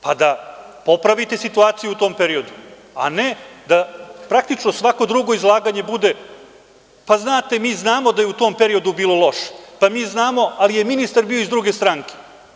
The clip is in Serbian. Pa, da popravite situaciju u tom periodu, a ne praktično svako drugo izlaganje bude, pa znate mi znamo da je u tom periodu bilo loše, pa mi znamo, ali je ministar bio iz druge stranke.